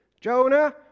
Jonah